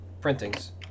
printings